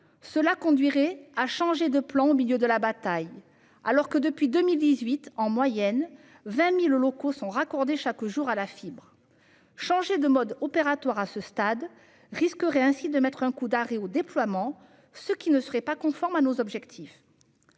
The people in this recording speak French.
cependant à changer de plan au milieu de la bataille, alors que, depuis 2018, 20 000 locaux en moyenne sont raccordés chaque jour à la fibre. Changer de mode opératoire à ce stade risquerait de mettre un coup d'arrêt à ce déploiement, ce qui ne serait pas conforme à nos objectifs.